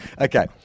Okay